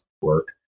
work